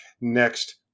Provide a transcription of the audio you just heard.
next